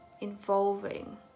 involving